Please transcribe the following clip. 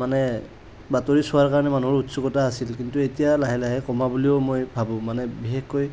বাতৰি চোৱাৰ কাৰণে মানুহৰ এটা উচ্ছুকতা আছিল সেইটো এতিয়া লাহে লাহে কমা বুইলিও মই ভাবো কাৰণ বিশেষকৈ